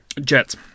Jets